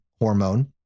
hormone